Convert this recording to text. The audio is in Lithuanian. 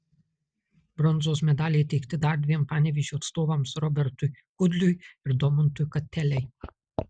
bronzos medaliai įteikti dar dviem panevėžio atstovams robertui kudliui ir domantui katelei